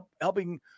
helping